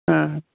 ᱦᱮᱸ